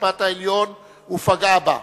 בית-המשפט העליון ופגעה בה.